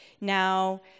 now